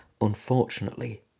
unfortunately